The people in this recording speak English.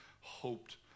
hoped